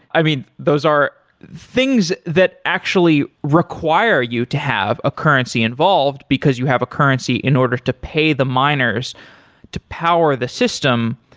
i mean, those are things that actually require you to have a currency involved, because you have a currency in order to pay the miners to power the system,